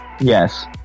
Yes